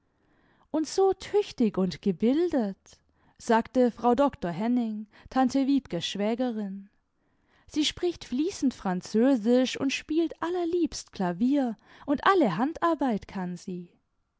und so tüchtig und gebildet sagte frau doktor henning tante wiebkes schwägerin sie spricht fließend französisch und spielt allerliebst klavier und alle handarbeit kann sie